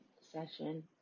session